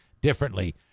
differently